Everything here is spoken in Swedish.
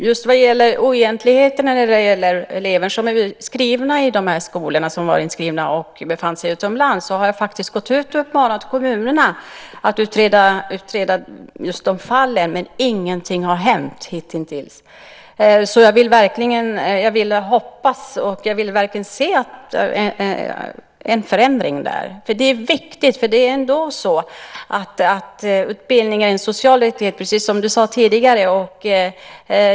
Fru talman! Jag har faktiskt gått ut och uppmanat kommunerna att utreda just de fall av oegentligheter som gäller elever som var inskrivna i de här skolorna och som befann sig utomlands, men ingenting har hänt hitintills. Jag hoppas på och vill verkligen se en förändring där. Det är viktigt, för utbildning är en social rättighet, precis som du sade tidigare.